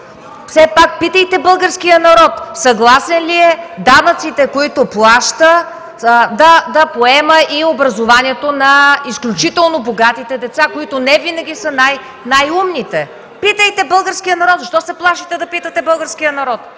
Все пак питайте българския народ: съгласен ли е с данъците, които плаща, да поема и образованието на изключително богатите деца, които не винаги са най-умните? (Шум и реплики.) Питайте българския народ. Защо се плашите да питате българския народ?